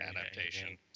adaptation